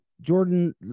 jordan